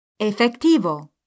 Efectivo